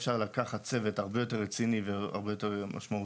אפשר לקחת צוות הרבה יותר רציני והרבה יותר משמעותי,